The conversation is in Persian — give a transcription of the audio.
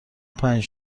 پنج